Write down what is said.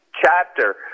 chapter